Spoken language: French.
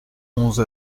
onze